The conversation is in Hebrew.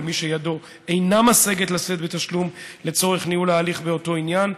למי שידו אינה משגת לשאת בתשלום לצורך ניהול ההליך באותו עניין.